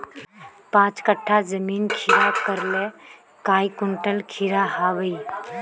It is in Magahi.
पाँच कट्ठा जमीन खीरा करले काई कुंटल खीरा हाँ बई?